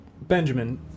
Benjamin